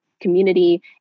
community